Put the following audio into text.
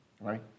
right